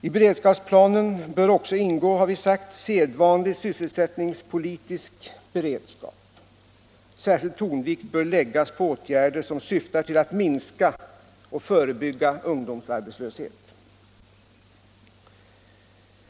I beredskapsplanen bör också ingå, har vi sagt, sedvanlig sysselsättningspolitisk beredskap. Särskild tonvikt bör läggas på åtgärder som syftar till att minska och förebygga ungdomsarbetslöshet.